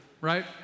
right